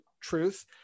truth